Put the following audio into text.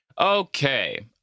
Okay